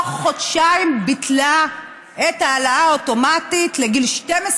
תוך חודשיים היא ביטלה את ההעלאה האוטומטית לגיל 12,